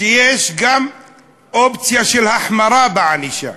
שיש גם אופציה של החמרה בענישה,